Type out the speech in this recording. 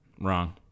Wrong